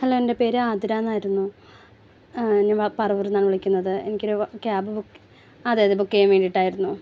hello എൻ്റെ പേര് ആതിര എന്നായിരുന്നു ഞാൻ പറവൂർനിന്നാണ് വിളിക്കുന്നത് എനിക്കൊരു ക്യാബ് ബുക്ക് അതെയതെ ബുക്ക് ചെയ്യാൻ വേണ്ടിയിട്ടായിരുന്നു